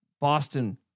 Boston